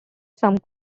some